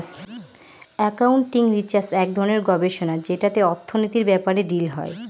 accounting research এক ধরনের গবেষণা যেটাতে অর্থনীতির ব্যাপারে ডিল হয়